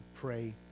pray